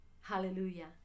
Hallelujah